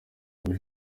bube